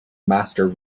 master